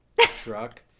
truck